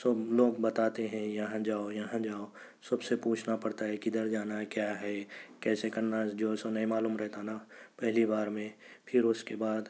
سب لوگ بتاتے ہیں یہاں جاؤ یہاں جاؤ سب سے پوچھنا پڑتا ہے کِدھر جانا ہے کیا ہے کیسے کرنا جو سو نہیں معلوم رہتا نا پہلی بار میں پھر اُس کے بعد